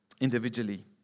individually